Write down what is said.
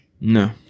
No